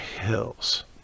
hills